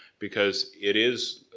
because it is,